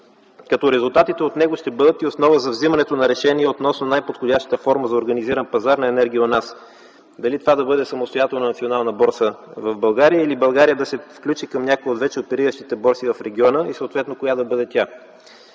като резултатите от него ще бъдат основа за вземането на решения относно най-подходящата форма за организиран пазар на енергия у нас - дали това да бъде самостоятелна национална борса в България или България да се включи към някоя от вече опериращите борси в региона и съответно коя да бъде тя.